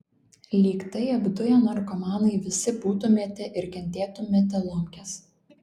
lyg tai apduję narkomanai visi būtumėte ir kentėtumėte lomkes